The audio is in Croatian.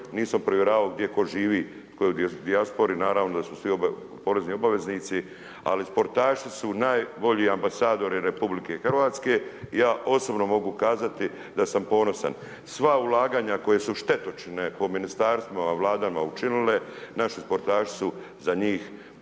nisam provjeravao gdje tko živi, tko je u dijaspori, naravno da smo svi porezni obveznici, ali sportaši su najbolji ambasadori Republike Hrvatske. Ja osobno mogu kazati da sam ponosan. Sva ulaganja koje su štetočine po ministarstvima, vladama učinile, naši sportaši su za njih